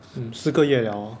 mm 四个月了 hor